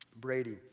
Brady